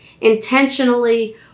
intentionally